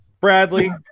Bradley